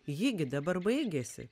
ji gi dabar baigėsi